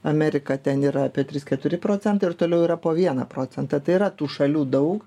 amerika ten yra apie trys keturi procentai ir toliau yra po vieną procentą tai yra tų šalių daug